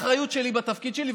וזו האחריות שלי בתפקיד שלי,